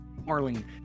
Marlene